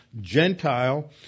Gentile